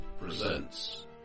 presents